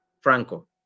Franco